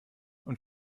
und